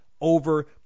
over